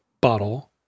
bottle